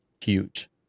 huge